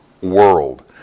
world